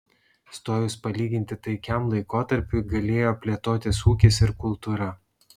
stojus palyginti taikiam laikotarpiui galėjo plėtotis ūkis ir kultūra